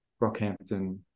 Rockhampton